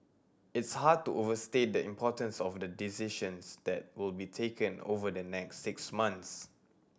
it's hard to overstate the importance of the decisions that will be taken over the next six months